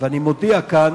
אני מודיע כאן